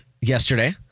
yesterday